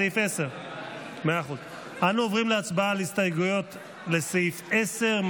סעיף 10. אנו עוברים להצבעה על הסתייגויות לסעיף 10,